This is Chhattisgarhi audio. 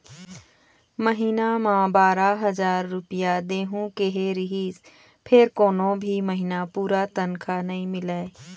महिना म बारा हजार रूपिया देहूं केहे रिहिस फेर कोनो भी महिना पूरा तनखा नइ मिलय